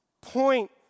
point